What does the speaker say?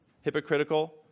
hypocritical